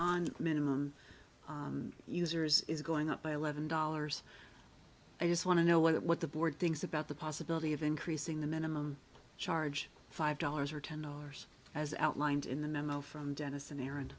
on minimum users is going up by eleven dollars i just want to know what the board things about the possibility of increasing the minimum charge five dollars or ten dollars as outlined in the memo from denison